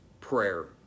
prayer